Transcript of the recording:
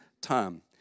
time